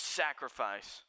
sacrifice